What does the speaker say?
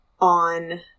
on